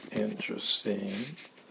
Interesting